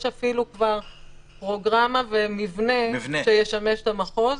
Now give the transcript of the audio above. יש אפילו כבר פרוגרמה ומבנה שישמש את המחוז.